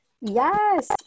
Yes